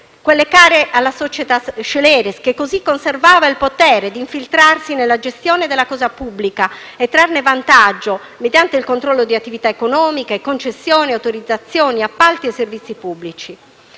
quelle care alla *societas sceleris,* che così conservava il potere di infiltrarsi nella gestione della cosa pubblica e trarne vantaggio mediante il controllo di attività economiche, concessioni, autorizzazioni, appalti e servizi pubblici.